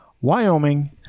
Wyoming